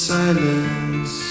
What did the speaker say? silence